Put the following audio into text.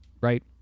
right